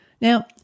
Now